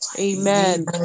Amen